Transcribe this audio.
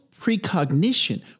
Precognition